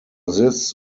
this